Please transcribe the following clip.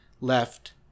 left